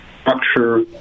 structure